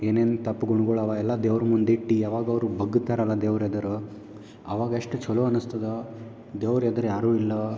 ಏನೇನು ತಪ್ಪು ಗುಣ್ಗಳವ ಎಲ್ಲ ದೇವ್ರ ಮುಂದಿಟ್ಟು ಯಾವಾಗ ಅವರು ಬಾಗ್ತಾರಲ್ಲ ದೇವ್ರ ಎದುರು ಆವಾಗ ಎಷ್ಟು ಚಲೋ ಅನಿಸ್ತದೋ ದೇವ್ರ ಎದ್ರು ಯಾರು ಇಲ್ಲ